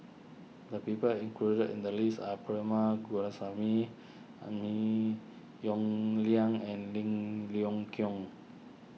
the people included in the list are Perumal Govindaswamy are Lim Yong Liang and Lim Leong Geok